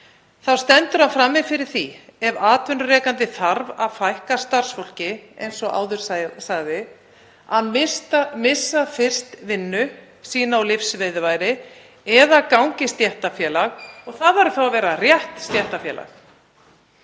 stendur hann frammi fyrir því ef atvinnurekandi þarf að fækka starfsfólki, eins og áður sagði, að missa fyrstur vinnu sína og lífsviðurværi eða ganga í stéttarfélag, og það verður þá að vera rétt stéttarfélag.